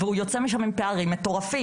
והוא יוצא משם עם פערים מטורפים.